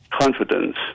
confidence